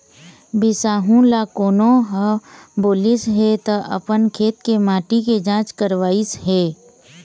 बिसाहू ल कोनो ह बोलिस हे त अपन खेत के माटी के जाँच करवइस हे